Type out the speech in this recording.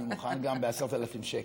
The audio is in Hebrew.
אני מוכן גם ב-10,000 שקל.